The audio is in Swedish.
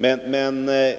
för alla.